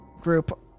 group